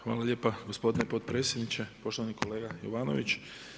Hvala lijepa gospodine potpredsjedniče, poštovani kolega Jovanović.